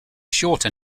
shorter